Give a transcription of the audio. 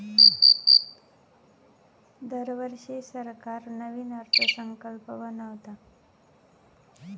दरवर्षी सरकार नवीन अर्थसंकल्प बनवता